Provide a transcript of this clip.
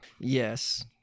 Yes